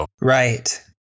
Right